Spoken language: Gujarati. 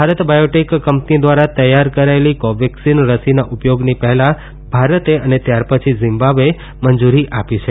ભારત બાયોટેક કંપની ધ્વારા તૈયાર કરાયેલી કો વેકસીન રસીના ઉપયોગની પહેલા ભારતે અને ત્યારપછી ઝીમ્બાબ્વેએ મંજુરી આપી છે